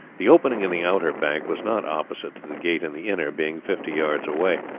the opening in the outer bank was not opposite to the gate in the inner, being fifty yards away,